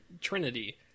Trinity